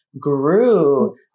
grew